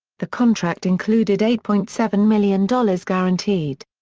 the contract included eight point seven million dollars guaranteed.